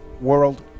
world